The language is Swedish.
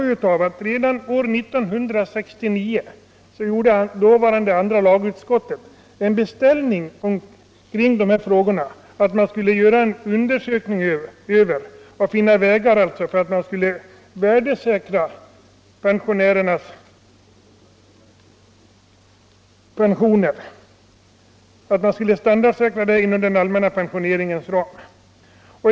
Redan år 1969 beställde dåvarande andra lagutskottet en uhdersökning för att finna vägar för att standardsäkra pensionerna inom den allmänna pensioneringens ram.